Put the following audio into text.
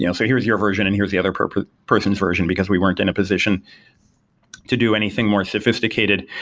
you know so here's your version and here's the other person's version, because we weren't in a position to do anything more sophisticated.